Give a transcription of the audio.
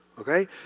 okay